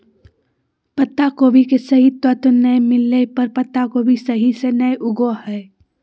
पत्तागोभी के सही तत्व नै मिलय पर पत्तागोभी सही से नय उगो हय